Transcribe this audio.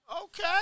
Okay